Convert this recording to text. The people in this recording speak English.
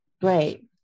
Great